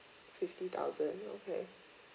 fifty thousand okay